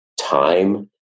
time